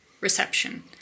reception